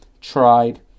tried